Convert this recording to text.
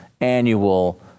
annual